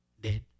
Dead